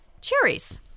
cherries